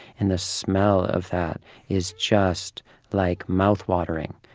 and the smell of that is just like mouth-watering.